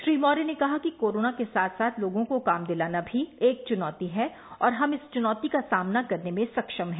श्री मौर्य ने कहा कि कोरोना के साथ साथ लोगों को काम दिलाना भी एक चुनौती है और हम इस चुनौती का सामना करने में सक्षम हैं